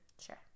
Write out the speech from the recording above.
Sure